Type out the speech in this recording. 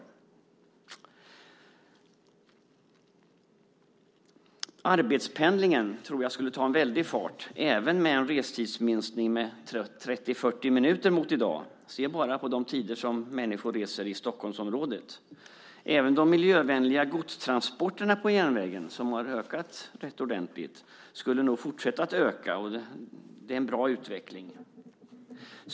Jag tror att arbetspendlingen skulle ta en väldig fart även med en restidsminskning med 30-40 minuter mot i dag. Se bara på de tider som människor reser i Stockholmsområdet! Även de miljövänliga godstransporterna på järnvägen, som har ökat rätt ordentligt, skulle nog fortsätta att öka. Det är en bra utveckling.